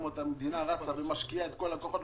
את המדינה רצה ומשקיעה את כל הכוחות,